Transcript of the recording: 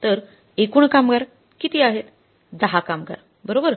तर एकूण कामगार किती आहेत 10 कामगार बरोबर